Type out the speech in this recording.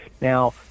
Now